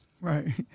Right